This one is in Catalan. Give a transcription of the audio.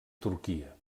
turquia